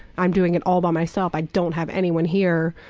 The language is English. i'm doing it all by myself, i don't have anyone here.